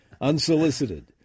Unsolicited